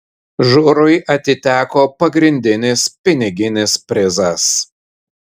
žurui atiteko pagrindinis piniginis prizas